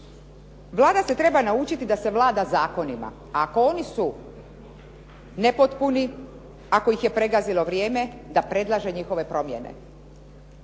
Vlada se treba naučiti da se vlada zakonima. Ako oni su nepotpuni, ako ih je pregazilo vrijeme da predlaže njihove promjene.